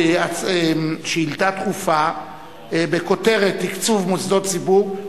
שאילתא דחופה בכותרת: תקצוב מוסדות ציבור,